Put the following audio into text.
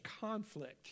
conflict